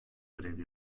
grev